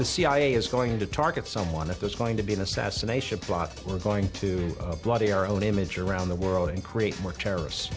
the cia is going to target someone if that's going to be an assassination plot we're going to bloody our own image around the world and create more terrorists